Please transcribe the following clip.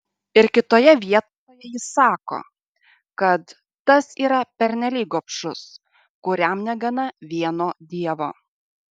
ir kitoje vietoje jis sako kad tas yra pernelyg gobšus kuriam negana vieno dievo